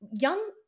young